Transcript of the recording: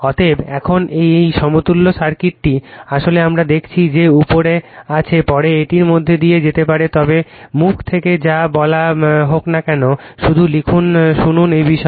অতএব এখন এই সমতুল্য সার্কিটটি আসলে আমরা দেখেছি যে উপরে আছে পরে এটির মধ্য দিয়ে যেতে পারে তবে মুখ থেকে যা বলা হোক না কেন শুধু লিখুন শুনুন এই বিষয়ে